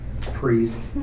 priest